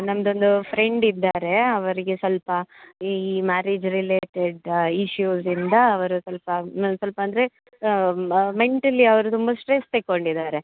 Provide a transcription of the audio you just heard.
ನಮ್ಮದೊಂದು ಫ್ರೆಂಡ್ ಇದ್ದಾರೆ ಅವರಿಗೆ ಸ್ವಲ್ಪ ಈ ಮ್ಯಾರೇಜ್ ರಿಲೇಟೆಡ್ ಇಶ್ಯೂಸ್ ಇಂದ ಅವರು ಸ್ವಲ್ಪ ಇನ್ನೊಂದು ಸ್ವಲ್ಪ ಅಂದರೆ ಮೆಂಟಲಿ ಅವರು ತುಂಬ ಸ್ಟ್ರೆಸ್ ತಗೊಂಡಿದ್ದಾರೆ